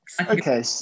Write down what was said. Okay